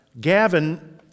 Gavin